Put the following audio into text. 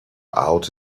out